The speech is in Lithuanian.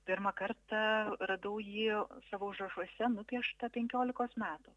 pirmą kartą radau jį savo užrašuose nupieštą penkiolikos metų